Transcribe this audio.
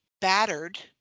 battered